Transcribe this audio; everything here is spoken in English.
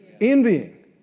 Envying